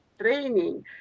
training